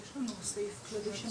יש לנו סעיף כללי.